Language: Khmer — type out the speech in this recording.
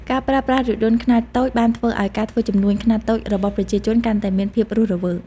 ការប្រើប្រាស់រថយន្តខ្នាតតូចបានធ្វើឱ្យការធ្វើជំនួញខ្នាតតូចរបស់ប្រជាជនកាន់តែមានភាពរស់រវើក។